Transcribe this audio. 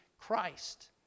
Christ